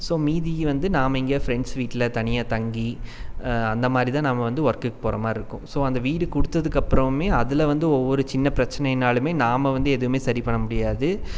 so மீதி வந்து நாம எங்கேயா ஃப்ரெண்ட்ஸ் வீட்டில் தனியாக தங்கி அந்தமாதிரிதான் நம்ம வந்து ஒர்க்குக்கு போகிறமாரியிருக்கும் ஸோ அந்த வீடு கொடுத்ததுக்கப்பறமே அதில் வந்து ஒவ்வொரு சின்ன பிரச்சனைனாலுமே நாம் வந்து எதுவுமே சரி பண்ண முடியாது